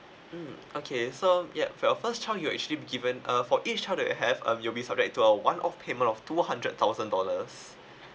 mm okay so yup for your first child you actually given uh for each child that you have um you'll be subject to our one off payment of two hundred thousand dollars